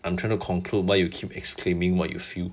I'm trying to conclude why you keep exclaiming what you feel